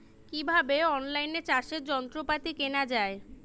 কিভাবে অন লাইনে চাষের যন্ত্রপাতি কেনা য়ায়?